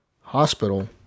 hospital